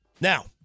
Now